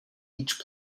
each